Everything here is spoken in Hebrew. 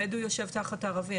הבדואי יושב תחת ערבי,